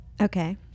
okay